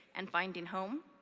and finding home,